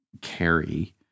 carry